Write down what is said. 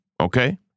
okay